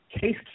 Case